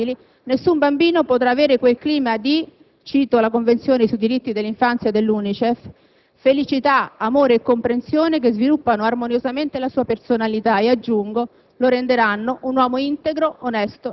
Senza un padre ed una madre responsabili, nessun bambino potrà avere, come è scritto nella Convenzione sui diritti dell'infanzia dell'UNICEF, quel clima di «felicità, amore e comprensione che sviluppano armoniosamente la sua personalità» e - aggiungo